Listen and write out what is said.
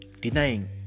denying